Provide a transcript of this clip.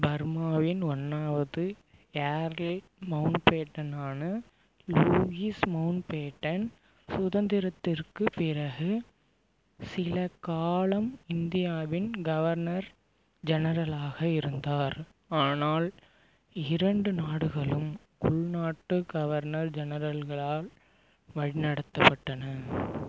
பர்மாவின் ஒன்றாவது ஏர்லி மவுண்ட்பேட்டனான Louis Mountbatten சுதந்திரத்திற்குப் பிறகு சில காலம் இந்தியாவின் கவர்னர் ஜெனரலாக இருந்தார் ஆனால் இரண்டு நாடுகளும் உள்நாட்டு கவர்னர் ஜெனரல்களால் வழிநடத்தப்பட்டன